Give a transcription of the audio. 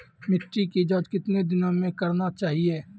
मिट्टी की जाँच कितने दिनों मे करना चाहिए?